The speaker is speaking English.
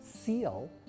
seal